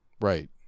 Right